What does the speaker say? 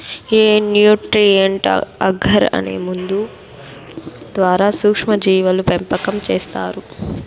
ఈ nutrient agar అనే మందు ద్వారా సూక్ష్మ జీవుల పెంపకం చేస్తారు